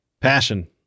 Passion